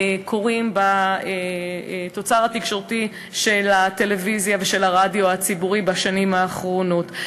קורים בתוצר התקשורתי של הטלוויזיה ושל הרדיו הציבורי בשנים האחרונות.